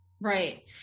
Right